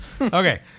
Okay